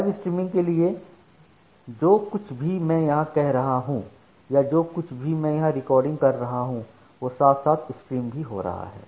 live streaming के लिए जो कुछ भी मैं यहां कर रहा हूं या जो कुछ भी मैं यहां रिकॉर्डिंग कह रहा हूं वह साथ साथ स्ट्रीम भी हो रहा है